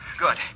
Good